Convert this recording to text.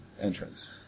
entrance